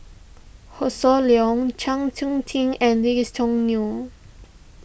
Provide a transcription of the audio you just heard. Hossan Leong Chng Seok Tin and Lee's Choo Neo